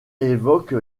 évoque